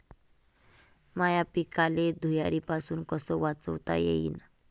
माह्या पिकाले धुयारीपासुन कस वाचवता येईन?